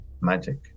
magic